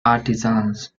artisans